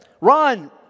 run